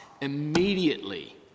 immediately